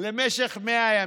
למשך 100 ימים.